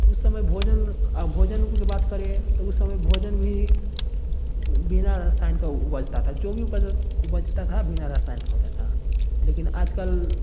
उस समय भोजन भोजन की बात करें तो उस समय भोजन भी बिना रसायन का उपजता था जो भी उपजता था बिना रसायन का होता था लेकिन आजकल